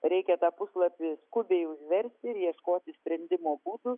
reikia tą puslapį skubiai užversti ir ieškoti sprendimo būdų